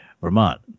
Vermont